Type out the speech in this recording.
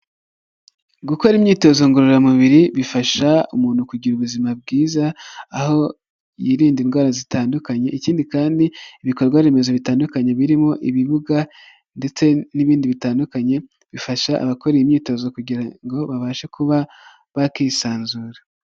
Gukora imyitozo ngororamubiri bifasha umuntu kugira ubuzima bwiza aho yirinda indwara zitandukanye, ikindi kandi ibikorwaremezo bitandukanye birimo ibibuga ndetse n'ibindi bitandukanye bifasha abakora iyi imyitozo kugira ngo babashe kuba bakisanzura.